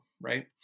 right